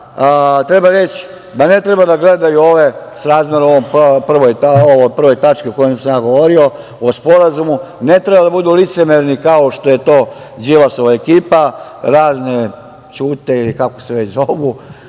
treba reći da ne treba da gledaju ove, srazmerno ovoj prvoj tački o kojoj sam ja govorio, ne treba da budu licemeri kao što je to Đilasova ekipa, razne ćute, kako se već zovu.